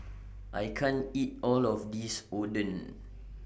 I can't eat All of This Oden